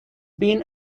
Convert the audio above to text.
been